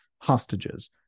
hostages